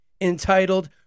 entitled